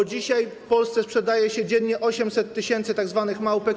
bo dzisiaj w Polsce sprzedaje się dziennie 800 tys. tzw. małpek.